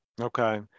Okay